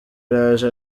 araje